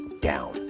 down